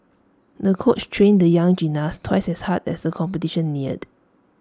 the coach trained the young gymnast twice as hard as the competition neared